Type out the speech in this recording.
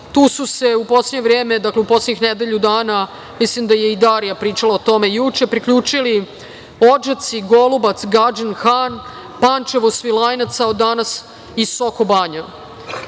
Tu su se u poslednje vreme, dakle, u poslednjih nedelju dana, mislim da je i Darija pričala o tome juče, priključili Odžaci, Golubac, Gadžin Han, Pančevo, Svilajnac, a od danas i Sokobanja. Imamo